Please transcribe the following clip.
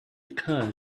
occur